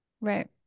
Right